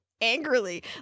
angrily